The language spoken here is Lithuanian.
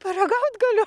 paragaut galiu